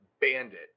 bandit